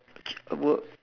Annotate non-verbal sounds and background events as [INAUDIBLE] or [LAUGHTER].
[NOISE] a word